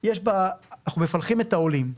אנחנו מפלחים את העולם.